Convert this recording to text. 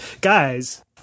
guys